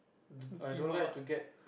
d~ I don't like to get